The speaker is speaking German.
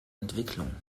entwicklung